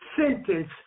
sentence